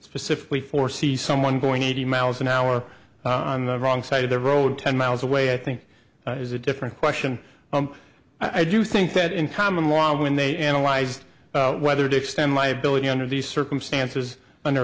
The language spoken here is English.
specifically foresee someone going eighty miles an hour on the wrong side of the road ten miles away i think is a different question i do think that in common law when they analyzed whether to extend liability under these circumstances under